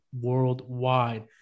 worldwide